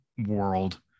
world